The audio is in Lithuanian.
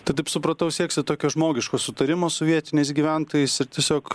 tai taip supratau sieksit tokio žmogiško sutarimo su vietiniais gyventojais ir tiesiog